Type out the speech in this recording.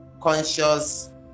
conscious